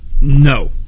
no